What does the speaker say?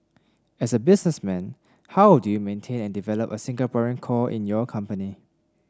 as a businessman how do you maintain and develop a Singaporean core in your company